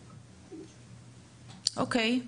אוקיי,